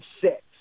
six